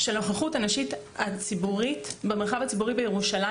הנוכחות הנשית במרחב הציבורי בירושלים.